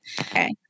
okay